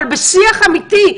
אבל בשיח אמיתי.